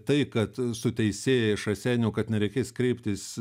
tai kad su teisėja iš raseinių kad nereikės kreiptis